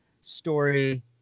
story